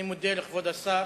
אני מודה לכבוד השר.